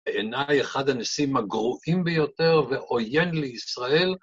בעיניי אחד הנשיאים הגרועים ביותר ועויין לישראל.